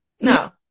No